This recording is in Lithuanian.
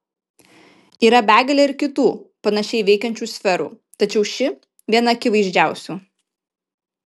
yra begalė ir kitų panašiai veikiančių sferų tačiau ši viena akivaizdžiausių